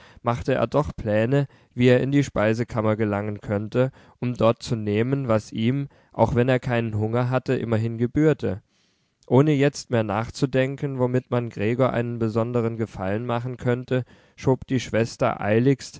machte er doch pläne wie er in die speisekammer gelangen könnte um dort zu nehmen was ihm auch wenn er keinen hunger hatte immerhin gebührte ohne jetzt mehr nachzudenken womit man gregor einen besonderen gefallen machen könnte schob die schwester eiligst